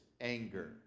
anger